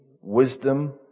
Wisdom